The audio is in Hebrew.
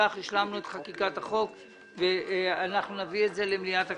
ובכך השלמנו את חקיקת החוק ואנחנו נביא אותו למליאת הכנסת,